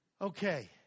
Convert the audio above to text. Okay